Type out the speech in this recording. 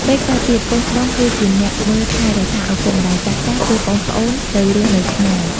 ពេលខ្លះទៀត កូនច្បងគឹជាអ្នកមើលថែរក្សាឪពុកម្ដាយចាស់ៗ ពេលប្អូនៗទៅរស់នៅឆ្ងាយ។